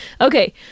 Okay